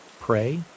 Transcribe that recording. pray